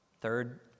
third